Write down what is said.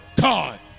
God